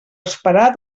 esperar